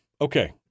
Okay